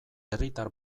herritar